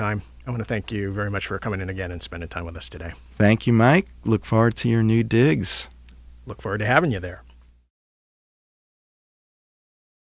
time i want to thank you very much for coming in again and spending time with us today thank you might look forward to your new digs look forward to having you there